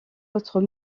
autres